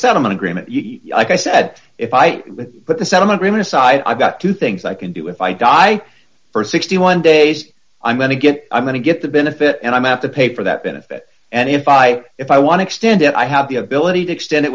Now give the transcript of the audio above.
settlement agreement like i said if i put the settlement even aside i've got two things i can do if i die for sixty one dollars days i'm going to get i'm going to get the benefit and i have to pay for that benefit and if i if i want to extend it i have the ability to extend it